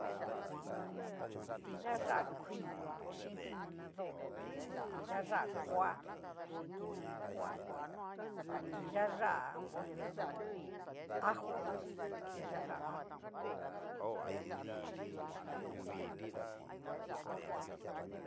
tiayá kui chin tinana dó, tiayá koa chin tinana koa, tiayá hu u un. ajo, tiayá ajo, ajan nrutejan ní.